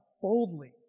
boldly